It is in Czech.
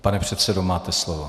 Pane předsedo, máte slovo.